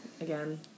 again